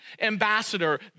ambassador